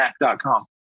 mac.com